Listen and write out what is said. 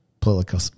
political